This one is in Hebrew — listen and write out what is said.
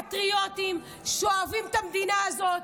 פטריוטים, שאוהבים את המדינה הזאת,